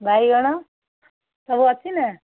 ବାଇଗଣ ସବୁ ଅଛି ନା